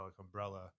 umbrella